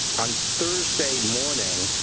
on thursday morning,